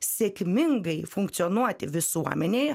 sėkmingai funkcionuoti visuomenėje